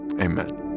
Amen